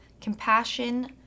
compassion